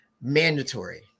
mandatory